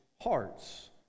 hearts